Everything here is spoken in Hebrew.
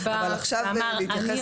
אבל עכשיו להתייחס למישהו --- כן,